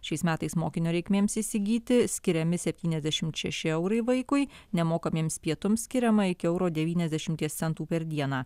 šiais metais mokinio reikmėms įsigyti skiriami septyniasdešim šeši eurai vaikui nemokamiems pietums skiriama iki euro devyniasdešimies centų per dieną